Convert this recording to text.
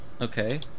Okay